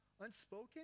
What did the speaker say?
Unspoken